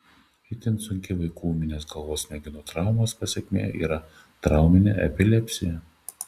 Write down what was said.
itin sunki vaikų ūminės galvos smegenų traumos pasekmė yra trauminė epilepsija